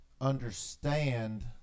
understand